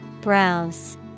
Browse